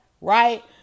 Right